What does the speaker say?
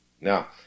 Now